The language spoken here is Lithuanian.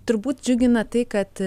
turbūt džiugina tai kad